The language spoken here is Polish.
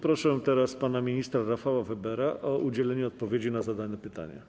Proszę teraz pana ministra Rafała Webera o udzielenie odpowiedzi na zadane pytania.